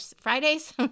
Fridays